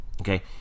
Okay